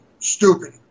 stupid